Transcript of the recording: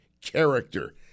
character